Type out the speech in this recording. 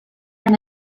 from